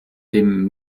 dem